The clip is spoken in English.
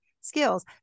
skills